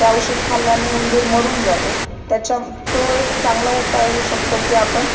त्या औषध खाल्ल्याने उंदीर मरून जातो त्याच्या तो एक चांगला उपाय होऊ शकतो की आपण